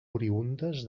oriündes